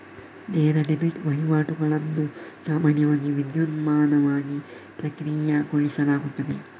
ನೇರ ಡೆಬಿಟ್ ವಹಿವಾಟುಗಳನ್ನು ಸಾಮಾನ್ಯವಾಗಿ ವಿದ್ಯುನ್ಮಾನವಾಗಿ ಪ್ರಕ್ರಿಯೆಗೊಳಿಸಲಾಗುತ್ತದೆ